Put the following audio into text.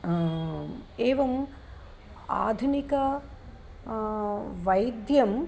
एवम् आधुनिक वैद्यं